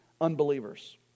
unbelievers